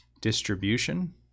distribution